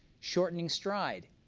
shortening stride,